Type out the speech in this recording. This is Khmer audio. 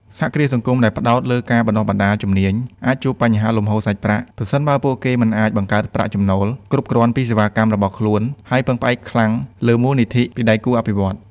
សហគ្រាសសង្គមដែលផ្តោតលើការបណ្តុះបណ្តាលជំនាញ អាចជួបបញ្ហាលំហូរសាច់ប្រាក់ ប្រសិនបើពួកគេមិនអាចបង្កើតប្រាក់ចំណូលគ្រប់គ្រាន់ពីសេវាកម្មរបស់ខ្លួន ហើយពឹងផ្អែកខ្លាំងលើមូលនិធិពីដៃគូអភិវឌ្ឍន៍។